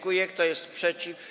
Kto jest przeciw?